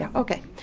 yeah okay.